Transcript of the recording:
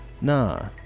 Nah